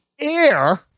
Air